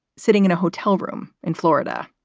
sitting in a hotel room in florida.